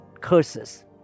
curses